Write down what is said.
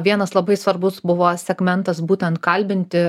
vienas labai svarbus buvo segmentas būtent kalbinti